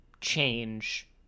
change